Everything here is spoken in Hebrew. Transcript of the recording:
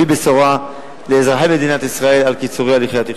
בשורה לאזרחי מדינת ישראל על קיצורי הליכי התכנון.